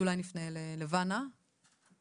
אולי נפנה ללבנה עזרא.